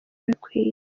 bikwiye